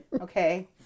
okay